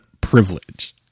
privilege